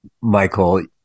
Michael